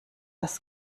das